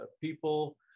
people